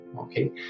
okay